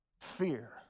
fear